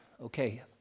okay